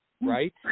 right